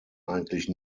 eigentlich